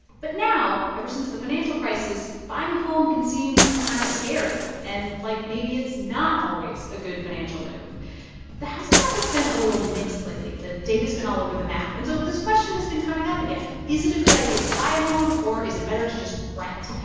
but now, ever since the financial crisis, buying a home can seem kind of scary. and, like, maybe it's not always a good financial move the housing market's been a little mixed lately. the data's been all over the map. and so this question has been coming up again. is it a good idea to buy a home? or is it better to just rent?